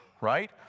Right